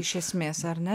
iš esmės ar ne